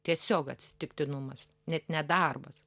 tiesiog atsitiktinumas net ne darbas